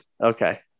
Okay